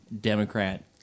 Democrat